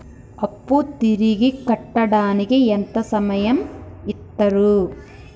అప్పు తిరిగి కట్టడానికి ఎంత సమయం ఇత్తరు?